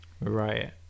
Right